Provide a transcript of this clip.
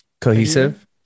cohesive